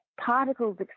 particles